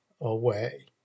away